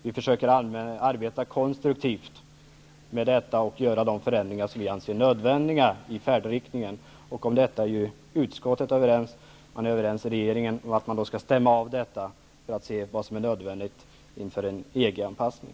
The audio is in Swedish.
Vi försöker arbeta konstruktivt med detta och göra de förändringar som vi anser nödvändiga i färdriktningen. Utskottet är överens om detta, och i regeringen är man överens om att man skall stämma av detta för att se vad som är nödvändigt inför en EG-anpassning.